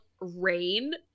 Rain